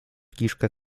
kiszkę